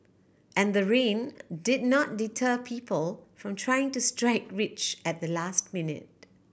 and the rain did not deter people from trying to strike rich at the last minute